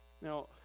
Now